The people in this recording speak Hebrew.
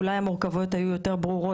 היו שלוש זירות: